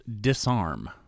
Disarm